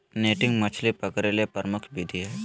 netting मछली पकडे के प्रमुख विधि हइ